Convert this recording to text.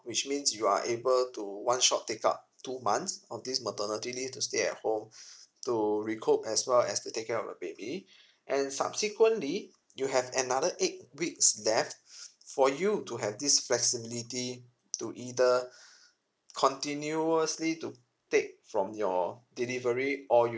which means you are able to one shot take up two months of this maternity leave to stay at home to recoup as well as to take care of the baby and subsequently you have another eight weeks left for you to have this flexibility to either continuously to take from your delivery or you